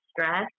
stress